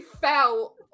fell